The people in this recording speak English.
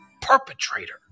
perpetrator